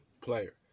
player